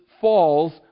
falls